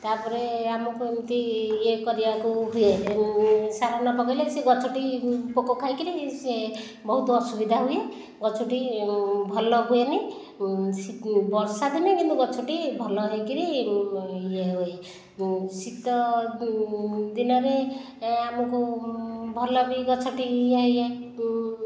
ତା'ପରେ ଆମକୁ ଏମିତି ଇଏ କରିବାକୁ ହୁଏ ସାର ନପକାଇଲେ ସେ ଗଛଟି ପୋକ ଖାଇକରି ସେ ବହୁତ ଅସୁବିଧା ହୁଏ ଗଛଟି ଭଲ ହୁଏ ନାହିଁ ବର୍ଷାଦିନରେ କିନ୍ତୁ ଗଛଟି ଭଲ ହୋଇକରି ଇଏ ହୁଏ ଶୀତ ଦିନରେ ଆମକୁ ଭଲ ବି ଗଛଟି